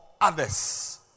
others